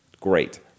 Great